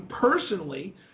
personally